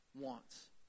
wants